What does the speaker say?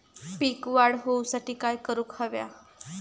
पीक वाढ होऊसाठी काय करूक हव्या?